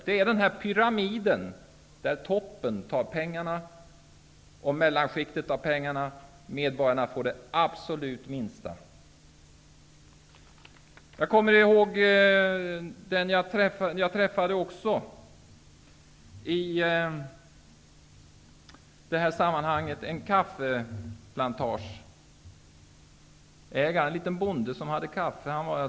Det är en pyramid, där toppen och mellanskiktet tar pengarna och medborgarna får det absolut minsta. Jag träffade också en bonde som ägde en liten kaffeodling.